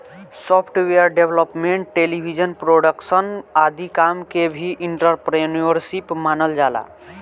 software development television production आदि काम के भी एंटरप्रेन्योरशिप मानल जाला